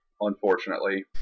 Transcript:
unfortunately